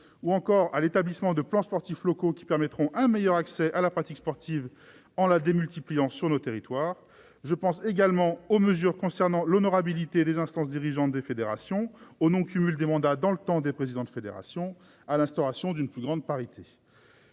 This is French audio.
ou encore à l'établissement de plans sportifs locaux, qui permettront un meilleur accès à la pratique sportive en la démultipliant sur nos territoires. Je pense également aux mesures concernant l'honorabilité des instances dirigeantes des fédérations, au non-cumul des mandats dans le temps pour les présidents de fédérations, et à l'instauration d'une plus grande parité,